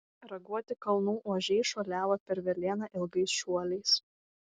raguoti kalnų ožiai šuoliavo per velėną ilgais šuoliais